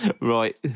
Right